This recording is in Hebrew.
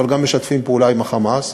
אבל גם משתפים פעולה עם ה"חמאס",